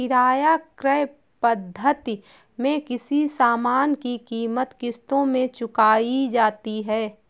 किराया क्रय पद्धति में किसी सामान की कीमत किश्तों में चुकाई जाती है